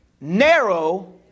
narrow